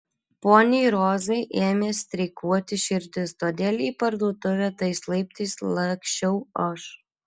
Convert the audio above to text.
poniai rozai ėmė streikuoti širdis todėl į parduotuvę tais laiptais laksčiau aš